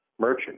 merchant